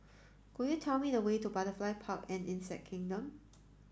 could you tell me the way to Butterfly Park and Insect Kingdom